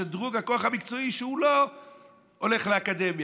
לשדרוג הכוח המקצועי שלא הולך לאקדמיה,